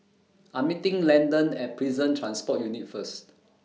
I'm meeting Landen At Prison Transport Unit First